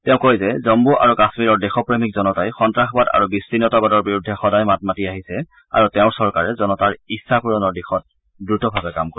তেওঁ কয় যে জম্মু আৰু কাম্মীৰৰ দেশপ্ৰেমিক জনতাই সন্তাসবাদ আৰু বিচ্ছিন্নতাবাদৰ বিৰুদ্ধে সদায় মাত মাতি আহিছে আৰু তেওঁৰ চৰকাৰে জনতাৰ ইচ্ছা পূৰণৰ দিশত দ্ৰতভাৱে কাম কৰিব